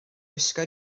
gwisgo